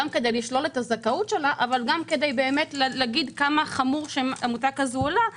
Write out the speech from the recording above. גם כדי לשלול את הזכאות שלה אבל גם כדי לומר כמה חמור שעמותה כזו עולה-